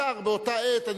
השר באותה עת,